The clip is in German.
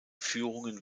führungen